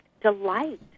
delight